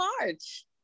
March